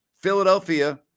Philadelphia